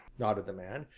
nodded the man,